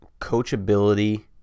coachability